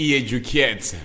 educate